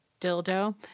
dildo